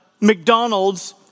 McDonald's